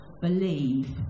Believe